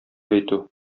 әйтү